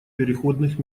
переходных